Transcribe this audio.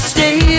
Stay